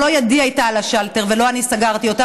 לא ידי הייתה על השלטר ולא אני סגרתי אותו,